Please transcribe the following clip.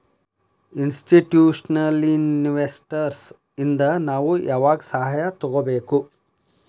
Institutional investors ಇಂದಾ ನಾವು ಯಾವಾಗ್ ಸಹಾಯಾ ತಗೊಬೇಕು?